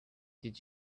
did